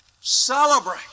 Celebrate